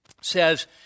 says